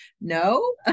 no